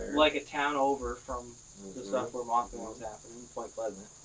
like a town over from the stuff where mothman was happening, point pleasant.